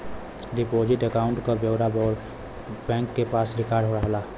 deposit account क पूरा ब्यौरा बैंक के पास रिकार्ड रहला